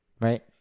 Right